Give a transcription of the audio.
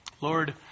Lord